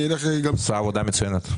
הוא עושה עבודה מצוינת.